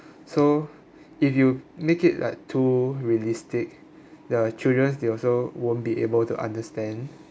so if you make it like too realistic the childrens they also won't be able to understand